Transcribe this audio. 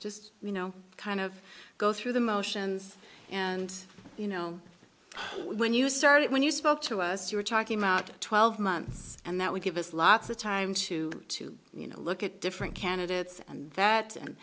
just you know kind of go through the motions and you know when you start it when you spoke to us you're talking about twelve months and that would give us lots of time to to you know look at different candidates and that and